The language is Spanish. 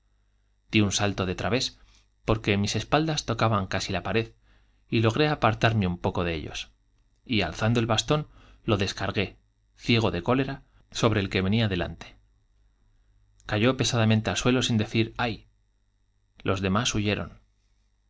di un salto de través porque mis espaldas toca ban casi á la pared y logré apartarme un poco de ellos y alzando el bastón lo descargué ciego de cólera sobre el que venía delante cayó pesadamente al suelo sin decir j ay los demás huyeron